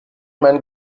man